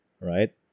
right